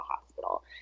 hospital